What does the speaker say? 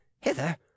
hither